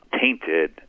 tainted